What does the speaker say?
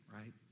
right